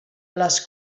les